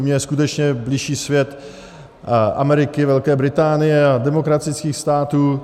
Mně je skutečně bližší svět Ameriky, Velké Británie a demokratických států.